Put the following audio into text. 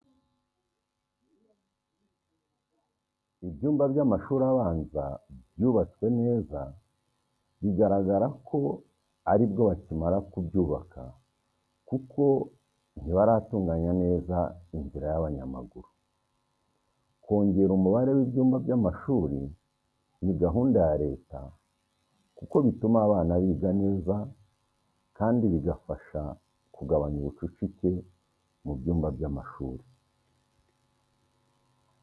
Ibyumba by'amashuri abanza byubatswe neza, bigaragara ko ari bwo bakimara kubyubaka kuko ntibaratunganya neza inzira y'abanyamaguru. Kongera umubare w'ibyumba by'amashuri ni gahunda ya leta kuko bituma abana biga neza kandi bigafasha kugabanya ubucucike mu byumba by’amashuri.